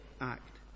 act